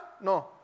No